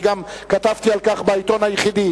אני גם כתבתי על כך בעיתון היחידי.